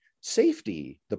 safety